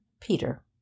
Peter